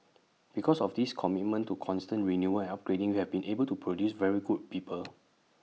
because of this commitment to constant renewal and upgrading we have been able to produce very good people